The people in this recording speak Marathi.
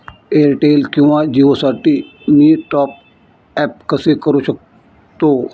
एअरटेल किंवा जिओसाठी मी टॉप ॲप कसे करु शकतो?